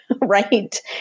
right